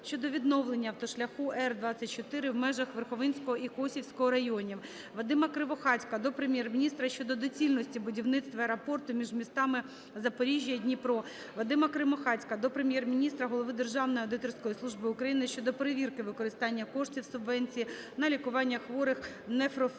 Вадима Кривохатька до Прем'єр-міністра щодо доцільності будівництва аеропорту між містами Запоріжжя і Дніпро. Вадима Кривохатька до Прем'єр-міністра, Голови Державної аудиторської служби України щодо перевірки використання коштів субвенції на лікування хворих нефрологічного